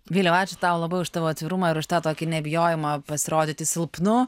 vyliau ačiū tau labai už tavo atvirumą ir už tą tokį nebijojimą pasirodyti silpnu